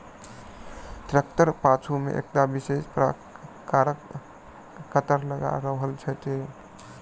ट्रेक्टरक पाछू मे एकटा विशेष प्रकारक कटर लगाओल रहैत छै